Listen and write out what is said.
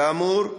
כאמור,